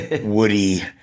Woody